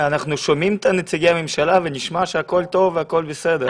אנחנו שומעים את נציגי הממשלה ונשמע שהכול טוב והכול בסדר,